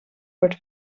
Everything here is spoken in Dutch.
wordt